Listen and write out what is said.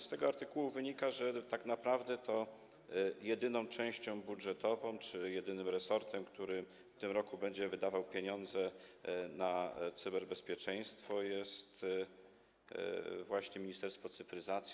Z tego artykułu wynika, że tak naprawdę jedyną częścią budżetową czy jedynym resortem, który w tym roku będzie wydawał pieniądze na cyberbezpieczeństwo, jest właśnie Ministerstwo Cyfryzacji.